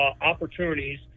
opportunities